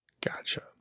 Gotcha